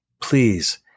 please